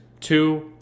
Two